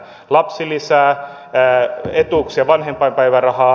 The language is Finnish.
lapsilisää etuuksia vanhempainpäivärahaa